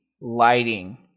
lighting